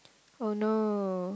oh no